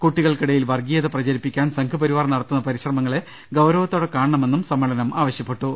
കുട്ടി കൾക്കിടയിൽ വർഗീയത പ്രചരിപ്പിക്കാൻ സംഘപരിവാർ നടത്തുന്ന പരി ശ്രമങ്ങളെ ഗൌരവത്തോടെ കാണണമെന്ന് സമ്മേളനം ആവശ്യപ്പെട്ടു